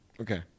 Okay